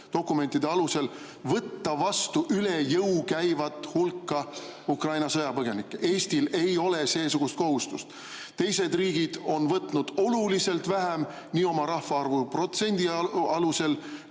dokumentide alusel – võtta vastu üle jõu käivat hulka Ukraina sõjapõgenikke. Eestil ei ole seesugust kohustust! Teised riigid on võtnud oluliselt vähem, [kui silmas pidada] protsenti nende